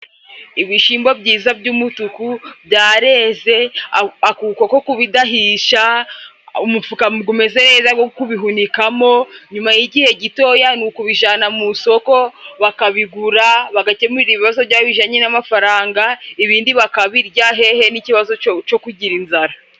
Ibishimbo byiza by'umutuku byareze, akuko ko kubidahisha, umufuka gumeze neza go kubihunikamo, nyuma y'igihe gitoya ni ukubijanana mu isoko bakabigura, bagakemura ibibazo bijanye n'amafaranga ibindi bakabirya hehe n'ikibazo co kugira inzara.